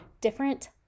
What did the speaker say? different